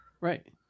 Right